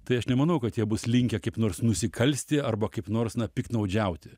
tai aš nemanau kad jie bus linkę kaip nors nusikalsti arba kaip nors na piktnaudžiauti